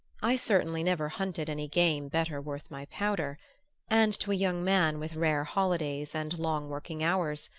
i certainly never hunted any game better worth my powder and to a young man with rare holidays and long working hours,